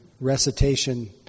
recitation